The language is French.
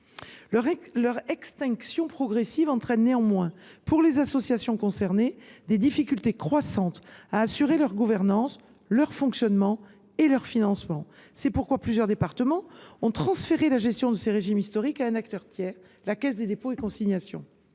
L’extinction progressive de ces régimes entraîne néanmoins, pour les associations concernées, des difficultés croissantes pour assurer leur gouvernance, leur fonctionnement et leur financement. C’est pourquoi plusieurs départements ont transféré la gestion de ces régimes historiques à un acteur tiers, la Caisse des dépôts et consignations.